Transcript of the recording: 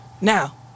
Now